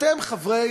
אתם חברי